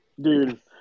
dude